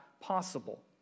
possible